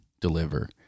deliver